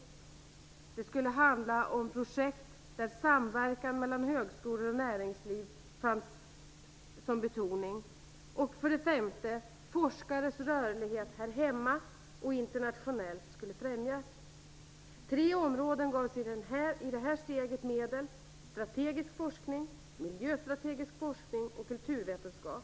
För det fjärde: Det skulle handla om projekt där samverkan mellan högskolor och näringsliv betonades. För det femte: Forskares rörlighet här hemma och internationellt skulle främjas. Tre områden gavs i detta steg medel: strategisk forskning, miljöstrategisk forskning och kulturvetenskap.